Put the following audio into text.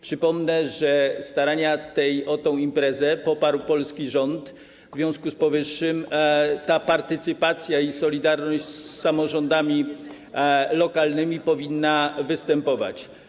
Przypomnę, że starania o tę imprezę poparł polski rząd, w związku z powyższym partycypacja i solidarność z samorządami lokalnymi powinny występować.